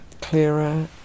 clearer